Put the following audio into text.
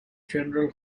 general